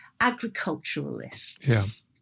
agriculturalists